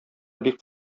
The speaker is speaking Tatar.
бик